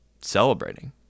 celebrating